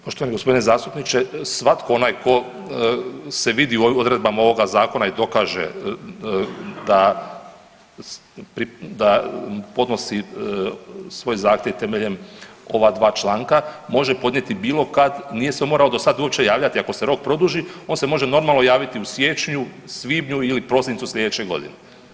Poštovani g. zastupniče, svatko onaj tko se vidi u odredbama ovoga zakona i dokaže da, da podnosi svoj zahtjev temeljem ova dva članka može podnijeti bilo kad, nije se morao do sad uopće javljati, ako se rok produži on se može normalno javiti u siječnju, svibnju ili prosincu slijedeće godine.